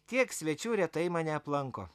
tiek svečių retai mane aplanko